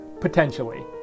potentially